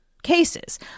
Cases